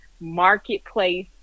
marketplace